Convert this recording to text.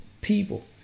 people